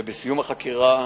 ובסיום החקירה